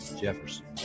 Jefferson